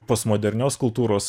postmodernios kultūros